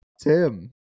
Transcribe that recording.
tim